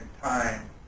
time